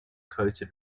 coated